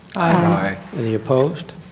aye. in the opposed.